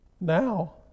now